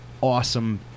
awesome